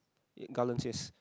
eh garlands yes